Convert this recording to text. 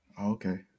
Okay